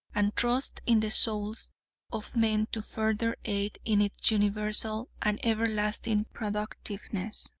and trust in the souls of men to further aid in its universal and everlasting productiveness.